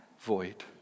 void